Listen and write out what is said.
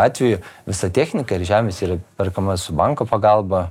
atveju visa technika ir žemės yra perkama su banko pagalba